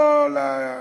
כל הציונים.